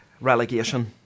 relegation